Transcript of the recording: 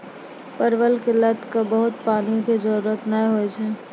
परवल के लत क बहुत पानी के जरूरत नाय होय छै